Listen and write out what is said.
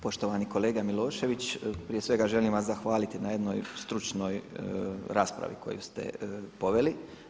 Poštovani kolega Milošević, prije svega želim vam zahvaliti na jednoj stručnoj raspravi koju ste poveli.